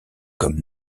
comme